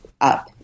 up